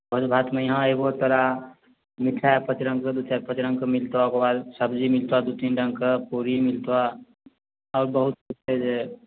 भोज भातमे यहाँ ऐबहो तोरा मिठाइ पचरङ्ग के दू चारि पचरङ्गके मिलत ओकर बाद सब्जी मिलत दू तीन रङ्गके पूरी मिलत आओर बहुत किछु छै जे